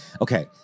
okay